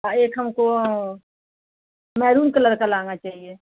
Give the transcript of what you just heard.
आ एक हमको maroon colour का लहंगा चाहिए